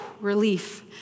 relief